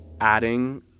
adding